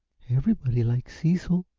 everybody likes cecil.